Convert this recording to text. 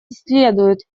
следует